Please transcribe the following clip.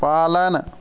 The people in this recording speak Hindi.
पालन